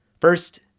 First